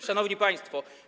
Szanowni Państwo!